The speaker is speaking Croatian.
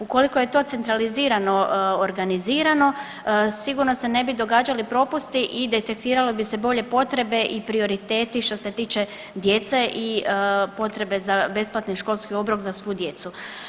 Ukoliko je to centralizirano organizirano sigurno se ne bi događali propusti i detektirale bi se bolje potrebe i prioriteti što se tiče djece i potrebe za besplatni školski obrok za svu djecu.